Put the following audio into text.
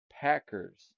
Packers